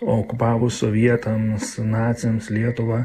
okupavus sovietams naciams lietuvą